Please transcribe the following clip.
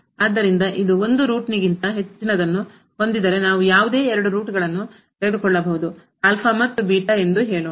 ಆದ್ದರಿಂದ ಇದು 1 ರೂಟ್ಗಿಂತ ಹೆಚ್ಚಿನದನ್ನು ಹೊಂದಿದ್ದರೆ ನಾವು ಯಾವುದೇ ಎರಡು ರೂಟ್ಗಳನ್ನು ತೆಗೆದುಕೊಳ್ಳಬಹುದು ಆಲ್ಫಾ ಮತ್ತು ಬೀಟಾ ಎಂದು ಹೇಳೋಣ